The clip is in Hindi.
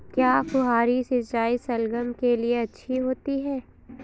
क्या फुहारी सिंचाई शलगम के लिए अच्छी होती है?